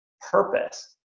purpose